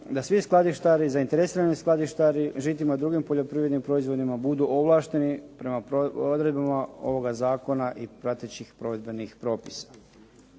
da svi skladištari, zainteresirani skladištari .../Govornik se ne razumije./... i drugim poljoprivrednim proizvodima budu ovlašteni prema odredbama ovoga zakona i pratećih provedbenih propisa.